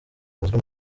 bazwi